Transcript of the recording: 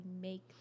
make